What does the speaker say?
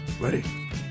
ready